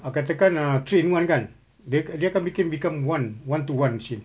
ah katakan ah three in one kan dia a~ dia akan bikin become one one to one machine